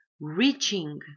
reaching